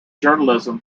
journalism